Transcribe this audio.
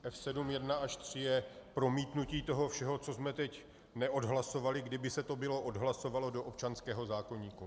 F7/1 až 3 je promítnutí toho všeho, co jsme teď neodhlasovali, kdyby se to bylo odhlasovalo, do občanského zákoníku.